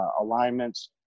alignments